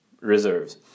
reserves